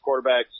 quarterbacks